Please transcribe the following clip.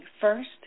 first